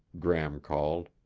gram called.